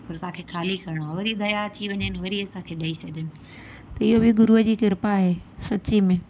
पर तव्हांखे ख़ाली करिणो आहे वरी दया अची वञनि वरी असांखे ॾई छॾनि त इहो बि गुरूअ जी कृपा आहे सची में